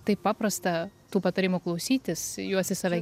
taip paprasta tų patarimų klausytis juos į save